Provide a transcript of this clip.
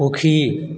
সুখী